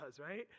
right